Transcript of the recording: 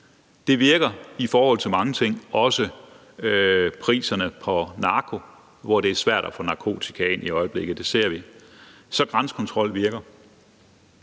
Det virker i forhold til mange ting, også priserne på narko, ved at det er svært at få narkotika ind i øjeblikket; det ser vi. Så grænsekontrol virker,